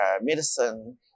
medicine